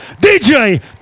DJ